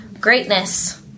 greatness